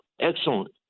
excellent